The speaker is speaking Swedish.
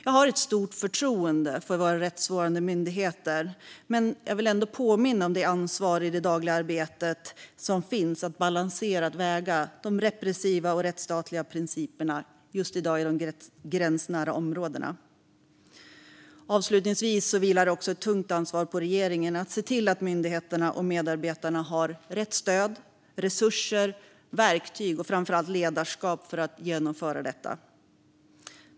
Jag har stort förtroende för våra rättsvårdande myndigheter, men jag vill ändå påminna om ansvaret att i det dagliga arbetet göra en balanserad avvägning mellan de repressiva och de rättsstatliga principerna just i de gränsnära områdena. Avslutningsvis vilar också ett tungt ansvar på regeringen att se till att myndigheterna och medarbetarna har rätt stöd, resurser, verktyg och framför allt ledarskap för att genomföra detta.